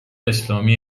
اسلامی